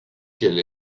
qu’elle